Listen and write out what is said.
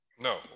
no